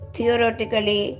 Theoretically